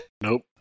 Nope